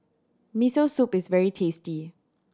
Miso Soup is very tasty